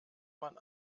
man